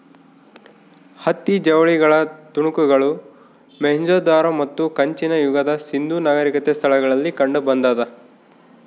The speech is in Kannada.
ಹತ್ತಿ ಜವಳಿಗಳ ತುಣುಕುಗಳು ಮೊಹೆಂಜೊದಾರೋ ಮತ್ತು ಕಂಚಿನ ಯುಗದ ಸಿಂಧೂ ನಾಗರಿಕತೆ ಸ್ಥಳಗಳಲ್ಲಿ ಕಂಡುಬಂದಾದ